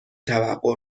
توقع